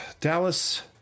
Dallas